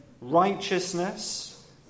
righteousness